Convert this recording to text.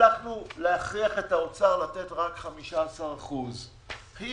הצלחנו להכריח את האוצר לתת רק 15%. אגב,